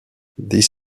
this